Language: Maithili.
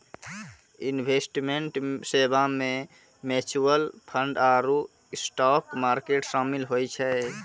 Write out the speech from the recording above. इन्वेस्टमेंट सेबा मे म्यूचूअल फंड आरु स्टाक मार्केट शामिल होय छै